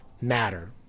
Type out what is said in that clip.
matter